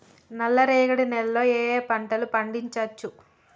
నల్లరేగడి నేల లో ఏ ఏ పంట లు పండించచ్చు?